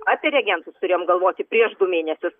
apie reagentus turėjom galvoti prieš du mėnesius